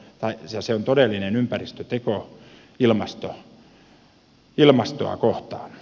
ai ja se on todellinen ympäristöteko ilmastoa kohtaan